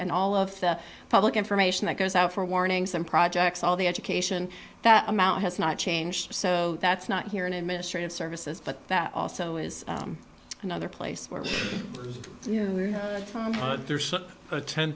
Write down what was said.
and all of the public information that goes out for warnings and projects all the education that amount has not changed so that's not here in administrative services but that also is another place where you know